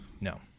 No